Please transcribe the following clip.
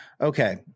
Okay